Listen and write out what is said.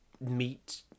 meet